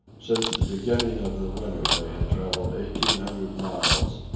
since the beginning of the winter they had travelled eighteen hundred miles,